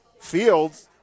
fields